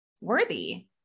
worthy